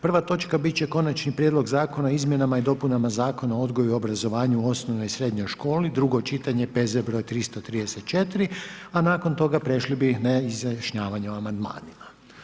Prva točka bit će Konačni prijedlog zakona o izmjenama i dopunama Zakona o odgoju i obrazovanju u osnovnoj i srednjoj školi, drugo čitanje P.Z. br. 334 A nakon toga prešli bi na izjašnjavanje o amandmanima.